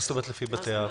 מה זאת אומרת לפי בתי אב?